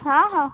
ହଁ ହଁ